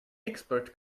expert